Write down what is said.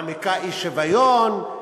מעמיקה אי-שוויון,